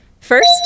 First